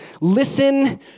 listen